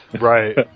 Right